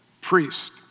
priest